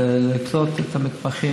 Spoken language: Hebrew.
אנחנו משתדלים לעשות הכול כדי לקלוט את המתמחים.